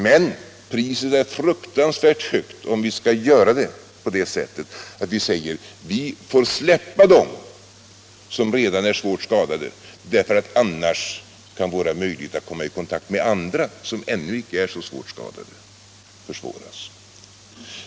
Men priset är fruktansvärt högt om vi gör det på det sättet att vi säger: Vi får släppa dem som redan är svårt skadade, därför att annars kan våra möjligheter att komma i kontakt med andra som ännu icke är så svårt skadade försvåras.